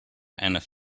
enough